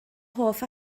hoff